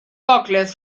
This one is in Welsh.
gogledd